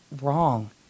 wrong